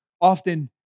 often